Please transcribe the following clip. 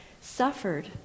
suffered